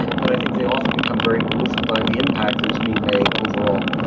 but i think they often become very moved by the impact that is being made overall.